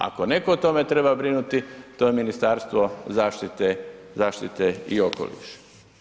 Ako netko o tome treba brinuti, to je Ministarstvo zaštite i okoliša.